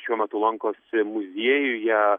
šiuo metu lankosi muziejuje